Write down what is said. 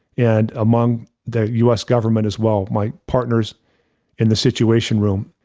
and among the us government as well. my partners in the situation room,